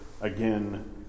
again